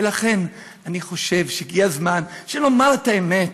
ולכן אני חושב שהגיע הזמן שנאמר את האמת.